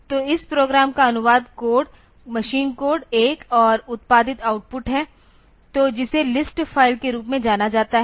तो इस प्रोग्राम का अनुवाद कोड मशीन कोड एक और उत्पादित आउटपुट है तो जिसे लिस्ट फ़ाइल के रूप में जाना जाता है